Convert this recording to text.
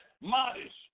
modest